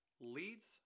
leads